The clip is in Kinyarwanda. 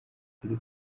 ukuri